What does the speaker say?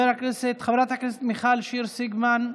חברת הכנסת מיכל שיר סגמן,